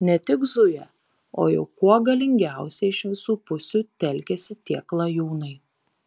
ne tik zuja o jau kuo galingiausiai iš visų pusių telkiasi tie klajūnai